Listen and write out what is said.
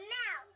now